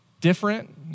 different